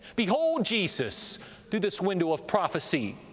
behold jesus through this window of prophecy.